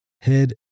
head